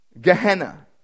Gehenna